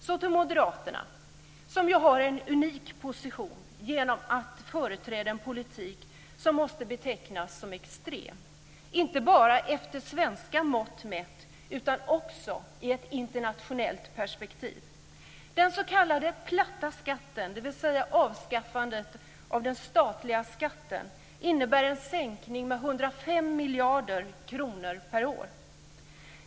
Så till moderaterna, som ju har en unik position genom att företräda en politik som måste betecknas som extrem inte bara med svenska mått mätt utan också i ett internationellt perspektiv. Den s.k. platta skatten, dvs. avskaffandet av den statliga skatten, innebär en sänkning med 105 miljarder kronor per år.